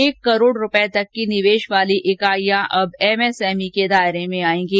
एक करोड रूपए तक की निवेश वाली इकाइयां अब एमएसएमई के दायरे में आएंगी